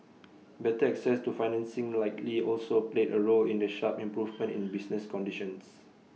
better access to financing likely also played A role in the sharp improvement in business conditions